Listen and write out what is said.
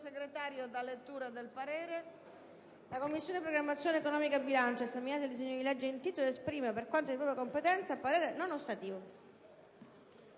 «La Commissione programmazione economica, bilancio, esaminato il disegno di legge in titolo, esprime, per quanto di propria competenza, parere di